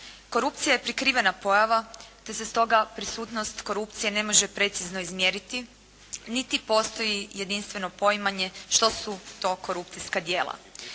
Korupcija je prikrivena pojava, te se stoga prisutnost korupcije ne može precizno izmjeriti niti postoji jedinstveno poimanje što su to korupcijska djela.